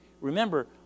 Remember